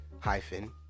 hyphen